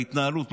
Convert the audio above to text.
על ההתנהלות,